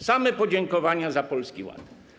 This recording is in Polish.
Same podziękowania za Polski Ład.